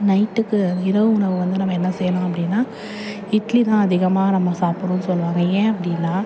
நைட்டுக்கு இரவு உணவு வந்து நம்ம என்ன செய்யலாம் அப்படினா இட்லிதான் அதிகமாக நம்ம சாப்பிட்னுன்னு சொல்வாங்க ஏன் அப்படினா